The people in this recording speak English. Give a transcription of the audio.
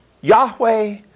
Yahweh